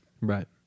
Right